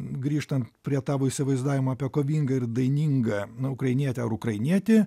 grįžtant prie tavo įsivaizdavimo apie kovingą ir dainingą ukrainietę ar ukrainietį